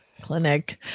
Clinic